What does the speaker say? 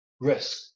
risk